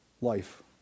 life